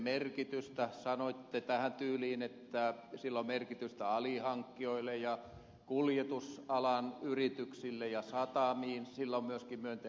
sanoitte tähän tyyliin että sillä on merkitystä alihankkijoille ja kuljetusalan yrityksille ja satamiin sillä on myöskin myönteinen vaikutus